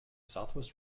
southwest